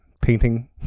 painting